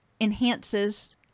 enhances